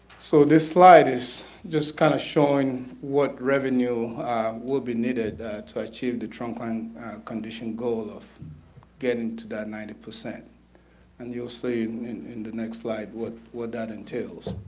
so this slide is just kind of showing what revenue will be needed to achieve the trunk line condition goal of getting to that ninety percent and you'll see in and in the next slide what what that entails,